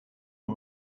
ont